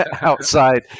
outside